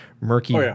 murky